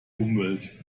umwelt